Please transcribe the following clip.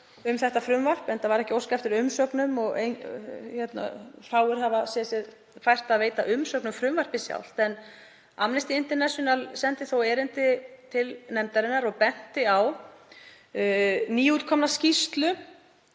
um frumvarpið, enda var ekki óskað eftir umsögnum og fáir hafa séð sér fært að veita umsögn um frumvarpið sjálft. Amnesty International sendi þó erindi til nefndarinnar og benti á nýútkomna skýrslu